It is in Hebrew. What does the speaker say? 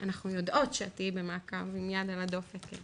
אנחנו יודעות שאת תהיי במעקב עם יד על הדופק.